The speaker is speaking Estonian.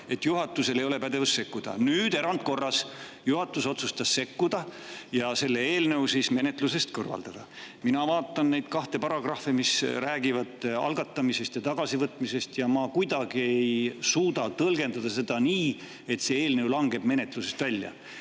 Juhatusel ei ole pädevust sekkuda. Nüüd erandkorras juhatus otsustas sekkuda ja selle eelnõu menetlusest kõrvaldada. Mina vaatan neid kahte paragrahvi, mis räägivad algatamisest ja tagasivõtmisest, ja ma kuidagi ei suuda tõlgendada neid nii, et see eelnõu langeb menetlusest välja.